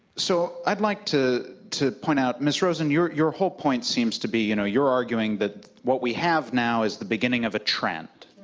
so like to to point out, ms. rosin, your your whole point seems to be, you know, you're arguing that what we have now is the beginning of a trend.